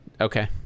Okay